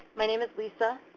my name is lisa.